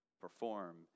Perform